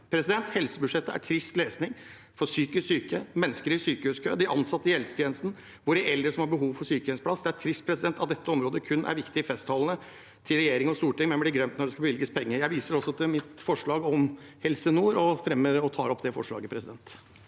monner. Helsebudsjettet er trist lesning for psykisk syke, mennesker i sykehuskø, de ansatte i helsetjenesten og våre eldre som har behov for sykehjemsplass. Det er trist at dette området kun er viktig i festtalene til regjering og storting, men blir glemt når det skal bevilges penger. Jeg viser til mitt forslag om Helse nord og tar opp det forslaget. Presidenten